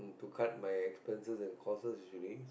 to cut my expenses and costs usually